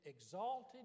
exalted